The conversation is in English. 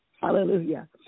Hallelujah